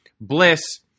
Bliss